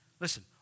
Listen